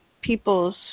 people's